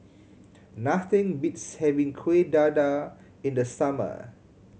nothing beats having Kueh Dadar in the summer